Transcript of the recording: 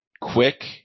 quick